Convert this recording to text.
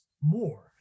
More